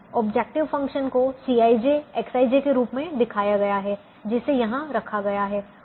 objective function को Cij Xij के रूप में दिखाया गया है जिसे यहां रखा गया है